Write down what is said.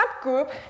subgroup